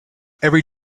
every